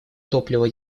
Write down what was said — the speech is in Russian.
топлива